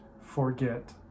forget